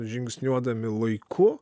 žingsniuodami laiku